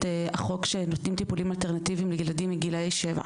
החוק שנותנים טיפולים אלטרנטיביים לילדים מגילאי שבע.